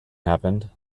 happened